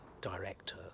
director